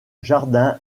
jardins